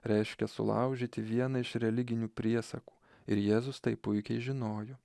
reiškia sulaužyti vieną iš religinių priesakų ir jėzus tai puikiai žinojo